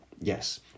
Yes